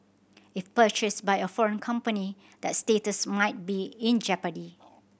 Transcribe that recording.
if purchased by a foreign company that status might be in jeopardy